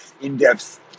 in-depth